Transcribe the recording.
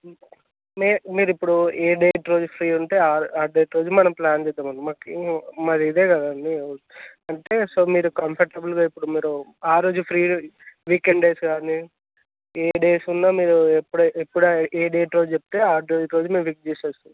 నే మీరు ఇప్పుడు ఏ డేట్ రోజు ఫ్రీ ఉంటే ఆ ఆ డేట్ రోజు మనం ప్లాన్ చేద్దాం అండి మాకు మాది ఇదే కదండి అంటే సో మీరు కంఫర్టబుల్గా ఇప్పుడు మీరు ఆ రోజు ఫ్రీ వీకెండ్ డేస్ కానీ ఏ డేస్ ఉన్న మీరు ఎప్పుడు ఎప్పుడు ఏ డేట్ రోజు చెప్తే ఆ డేట్ రోజు మేము ఫిక్స్ చేస్తాం